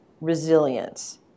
resilience